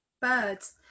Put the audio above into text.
birds